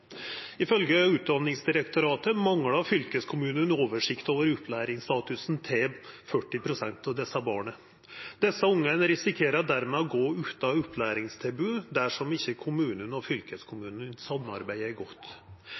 Utdanningsdirektoratet manglar fylkeskommunane oversikt over opplæringsstatusen til 40 pst. av desse ungane. Desse ungane risikerer dermed å gå utan opplæringstilbod dersom ikkje kommunane og fylkeskommunane samarbeider godt.